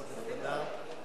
כנסת נכבדה,